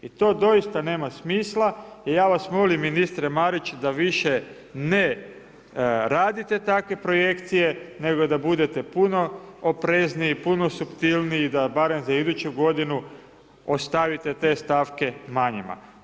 I to doista nema smisla i ja vas molim ministre Mariću da više ne radite takve projekcije nego da budete puno oprezniji, puno suptilniji da barem za iduću godinu ostavite te stavke manjima.